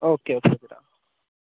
okay okay